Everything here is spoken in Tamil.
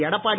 எடப்பாடி